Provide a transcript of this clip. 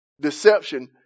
deception